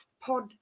pod